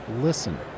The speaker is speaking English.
Listen